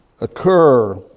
occur